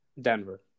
Denver